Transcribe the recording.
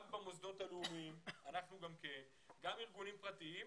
גם במוסדות הלאומיים וגם ארגונים פרטיים.